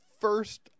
first